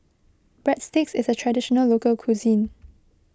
Breadsticks is a Traditional Local Cuisine